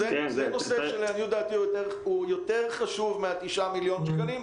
35%. זה נושא שלעניות דעתי הוא יותר חשוב מה-9 מיליון שקלים.